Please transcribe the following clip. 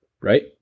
Right